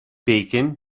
bacon